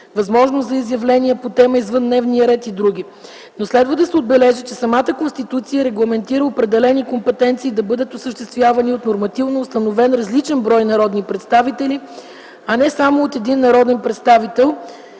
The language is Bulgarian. възможност за изявление по тема извън дневния ред и други. Но следва да се отбележи, че самата Конституция регламентира определени компетенции да бъдат осъществявани от нормативно установен различен брой народни представители, а не само от един народен представител,